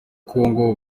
kongo